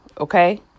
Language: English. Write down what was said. Okay